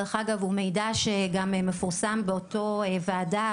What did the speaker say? ודרך אגב הוא מידע שגם מפורסם באותו ועדה